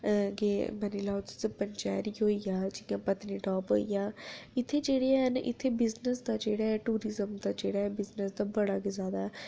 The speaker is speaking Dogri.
कि मन्नी लैओ पंचैरी होई गेआ जि'यां पत्नीटाप होई गेआ इत्थै जेह्ड़े हैन इत्थै बिजनेस दा जेह्ड़ा ऐ टूरिज्म दा जेह्ड़ा ऐ बिजनेस दा बड़ा गै जैदा ऐ